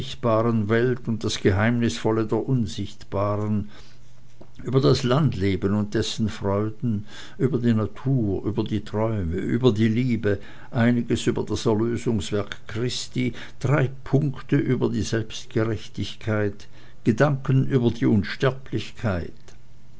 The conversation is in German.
welt und das geheimnisvolle der unsichtbaren über das landleben und dessen freuden über die natur über die träume über die liebe einiges über das erlösungswerk christi drei punkte über die selbstgerechtigkeit gedanken über die unsterblichkeit